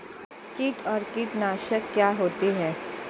कीट और कीटनाशक क्या होते हैं?